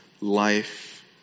life